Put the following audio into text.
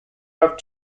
have